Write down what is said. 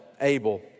Abel